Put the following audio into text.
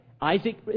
Isaac